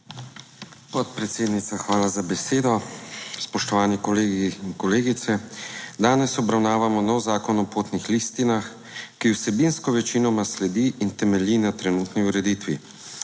Podpredsednica, hvala za besedo. Spoštovani kolegi in kolegice! Danes obravnavamo nov zakon o potnih listinah, ki vsebinsko večinoma sledi in temelji na trenutni ureditvi.